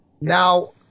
Now –